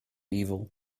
evil